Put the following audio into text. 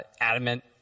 adamant